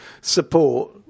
support